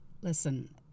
Listen